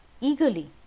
eagerly